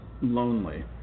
lonely